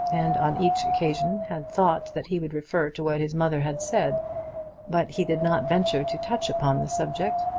and on each occasion had thought that he would refer to what his mother had said but he did not venture to touch upon the subject.